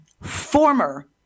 former